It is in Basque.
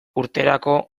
urterako